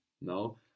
No